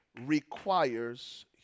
requires